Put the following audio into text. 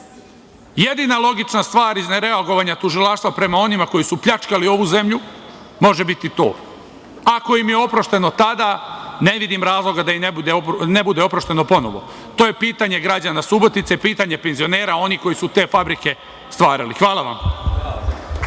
isto? Jedina logična stvar iz nereagovanja tužilaštva prema onima koji su pljačkali ovu zemlju može biti to. Ako im je oprošteno tada, ne vidim razloga da im ne bude oprošteno ponovo. To je pitanje građana Subotice, pitanje penzionera, onih koji su te fabrike stvarali. Hvala vam.